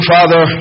Father